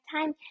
time